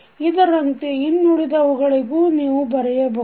ಇದರಂತೆ ಇನ್ನುಳಿದವುಗಳಿಗೂ ನೀವು ಬರೆಯಬಹುದು